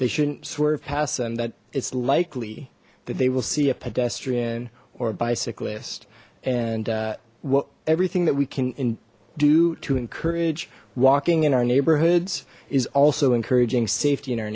they shouldn't swerve past them that it's likely that they will see a pedestrian or a bicyclist and well everything that we can do to encourage walking in our neighborhoods is also encouraging safety in our